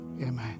Amen